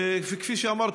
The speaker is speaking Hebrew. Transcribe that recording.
כפי שאמרתי,